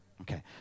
Okay